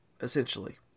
essentially